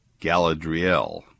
Galadriel